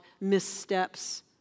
missteps